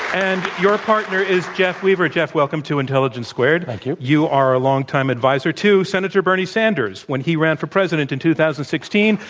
and your partner is jeff weaver. jeff, welcome to intelligence squared. like you you are a long-time adviser to senator bernie sanders. when he ran for president in two thousand and sixteen,